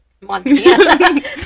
Montana